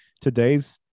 today's